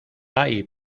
hay